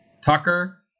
Tucker